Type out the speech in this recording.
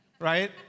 right